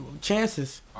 chances